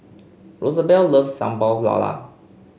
Rosabelle loves Sambal Lala